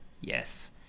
Yes